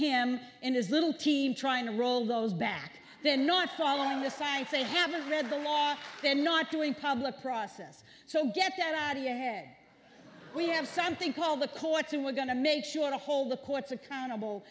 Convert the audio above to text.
him and his little team trying to roll those back then not following the science they haven't read the law they're not doing public process so get that out of your head we have something called the courts and we're going to make sure to hold the courts accountable